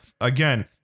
Again